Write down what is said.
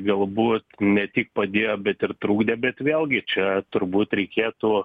galbūt ne tik padėjo bet ir trukdė bet vėlgi čia turbūt reikėtų